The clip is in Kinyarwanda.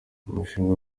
umushinga